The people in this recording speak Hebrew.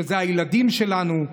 אלה הילדים שלנו.